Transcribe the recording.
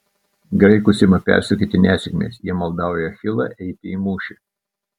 graikus ima persekioti nesėkmės jie maldauja achilą eiti į mūšį